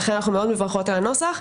לכן אנחנו מאוד מברכות על הנוסח.